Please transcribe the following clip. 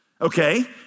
Okay